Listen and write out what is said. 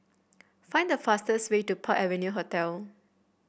find the fastest way to Park Avenue Hotel